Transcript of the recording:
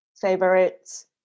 favorites